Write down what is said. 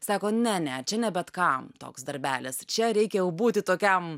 sako ne ne čia ne bet kam toks darbelis čia reikia jau būti tokiam